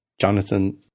Jonathan